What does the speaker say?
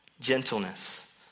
gentleness